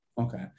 okay